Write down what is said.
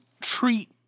treat